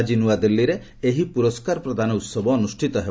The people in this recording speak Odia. ଆଜି ନୂଆଦିଲ୍ଲାରେ ଲଏହି ପୁରସ୍କାର ପ୍ରଦାନ ଉହବ ଅନୁଷ୍ଠିତ ହେବ